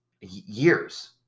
years